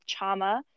Chama